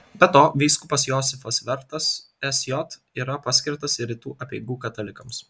be to vyskupas josifas vertas sj yra paskirtas ir rytų apeigų katalikams